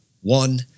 one